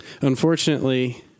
Unfortunately